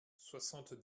soixante